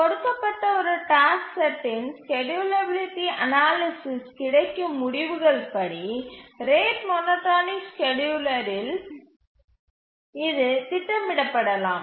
கொடுக்கப்பட்ட ஒரு டாஸ்க் செட்டின் ஸ்கேட்யூலபிலிட்டி அனாலிசிஸ்சில் கிடைக்கும் முடிவுகள் படி ரேட் மோனோடோனிக் ஸ்கேட்யூலரில் இது திட்டமிடப்படலாம்